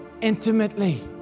intimately